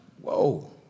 whoa